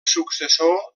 successor